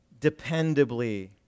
dependably